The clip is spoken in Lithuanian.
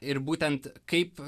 ir būtent kaip